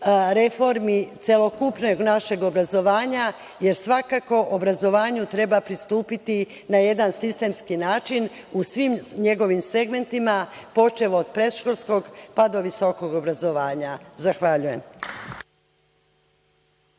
reformi celokupnog našeg obrazovanja jer svakako obrazovanju treba pristupiti na jedan sistemski način u svim njegovim segmentima, počev od predškolskog pa do visokog obrazovanja. Zahvaljujem.